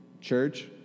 church